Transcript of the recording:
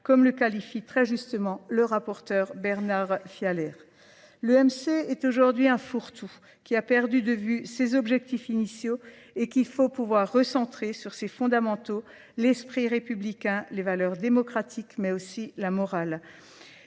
comme le qualifie très justement le rapporteur Bernard Fialer. Le MC est aujourd'hui un fourre-tout qui a perdu de vue ses objectifs initiaux et qu'il faut pouvoir recentrer sur ses fondamentaux l'esprit républicain, les valeurs démocratiques mais aussi la morale.